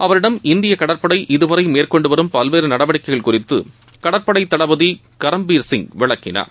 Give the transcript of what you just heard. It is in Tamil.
அவரிடம் இந்திய கடற்படை இதுவரை மேற்கொண்டு வரும் பல்வேறு நடவடிக்கைகள் குறித்து கடற்படை தளபதி அட்மிரல் கரம்பீர் சிங் விளக்கினார்